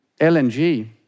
LNG